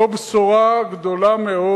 זאת בשורה גדולה מאוד.